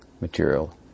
material